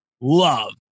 love